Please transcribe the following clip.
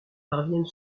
parviennent